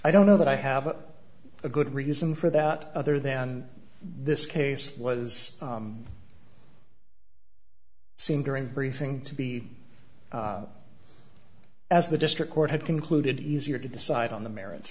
i don't know that i have a good reason for that other than this case was seen during briefing to be as the district court had concluded easier to decide on the merits